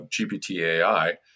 GPT-AI